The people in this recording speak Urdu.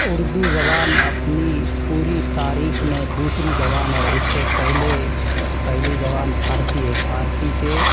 اردو زبان اپنی پوری تاریخ میں دوسری زبان ہے اس سے پہلے پہلی زبان فارسی ہے فارسی سے